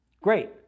Great